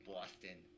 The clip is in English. Boston